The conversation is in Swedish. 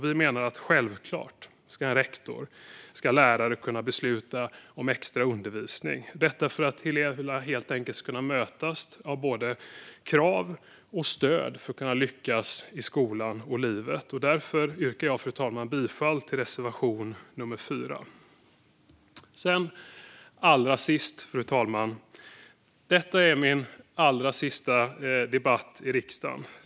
Vi menar att en rektor och lärare självklart ska kunna besluta om extra undervisning, detta för att eleverna helt enkelt ska kunna mötas av både krav och stöd för att kunna lyckas i skolan och i livet. Därför yrkar jag, fru talman, bifall till reservation 4. Fru talman! Allra sist: Detta är min sista debatt i riksdagen.